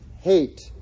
hate